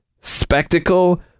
spectacle